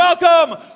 welcome